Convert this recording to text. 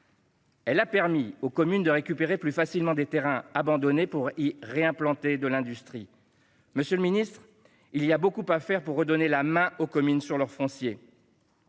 Elle a permis aux communes de récupérer plus facilement des terrains abandonnés pour y réimplanter de l'industrie. Messieurs les ministres, il y a beaucoup à faire pour redonner la main aux communes sur leur foncier.